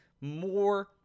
more